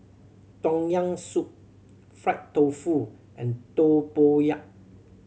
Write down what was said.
Tom Yam Soup fried tofu and tempoyak